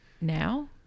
now